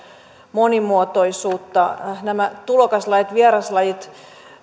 monimuotoisuutta nämä tulokaslajit vieraslajit